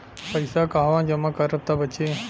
पैसा कहवा जमा करब त बची?